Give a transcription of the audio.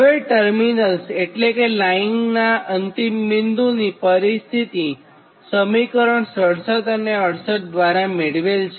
હવે ટર્મીનલ એટલે કે લાઇન નાં અંતિમ બિંદુની પરિસ્થિતિ સમીકરણ 67 અને 68 દ્વારા મેળવેલ છે